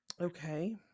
Okay